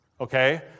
okay